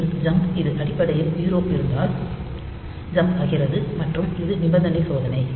மேலும் ஜம்ப் இது அடிப்படையில் 0 இருந்தால் ஜம்ப் ஆகிறது மற்றும் இது நிபந்தனை சோதனை